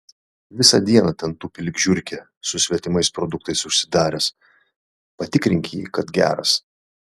visą dieną ten tupi lyg žiurkė su svetimais produktais užsidaręs patikrink jį kad geras